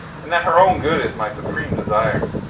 and that her own good is my supreme desire.